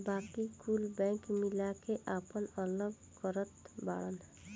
बाकी कुल बैंक मिला के आपन अलग करत बाड़न